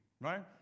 right